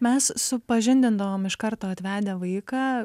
mes supažindindavom iš karto atvedę vaiką